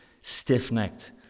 stiff-necked